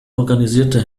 organisierte